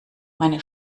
meine